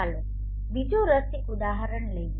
ચાલો બીજું રસિક ઉદાહરણ લઈએ